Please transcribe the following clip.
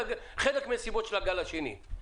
זה חלק מן הסיבות לגל השני.